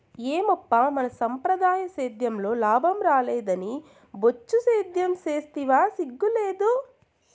ఏమప్పా మన సంప్రదాయ సేద్యంలో లాభం రాలేదని బొచ్చు సేద్యం సేస్తివా సిగ్గు లేదూ